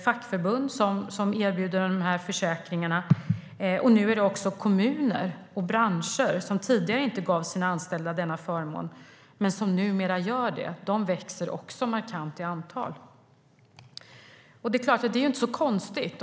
Fackförbund erbjuder de här försäkringarna. Kommuner och branscher som tidigare inte gav sina anställda denna förmån gör numera det. De växer också markant i antal. Detta är inte så konstigt.